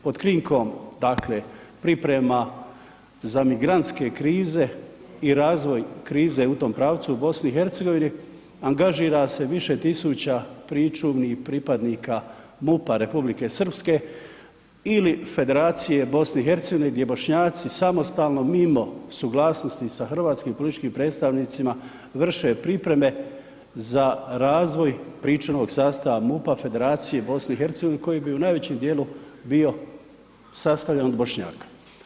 Pod krinkom takve priprema za migrantske krize i razvoj krize u tom pravcu u BiH angažira se više tisuća pričuvnih pripadnika MUP-a Republike Srpske ili Federacije BiH gdje Bošnjaci samostalno mimo suglasnosti sa hrvatskim političkim predstavnicima vrše priprema za razvoj pričuvnog sastava MUP-a Federacije BiH koji bi u najvećem dijelu bio sastavljen od Bošnjaka.